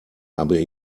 aber